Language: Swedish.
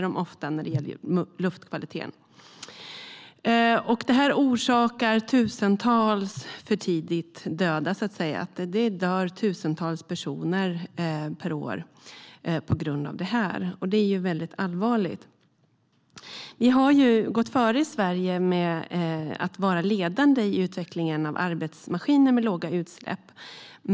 Det orsakar tusentals för tidigt döda. Det dör tusentals personer per år på grund av detta. Det är mycket allvarligt. I Sverige har vi gått före genom att vara ledande i utvecklingen av arbetsmaskiner med låga utsläpp.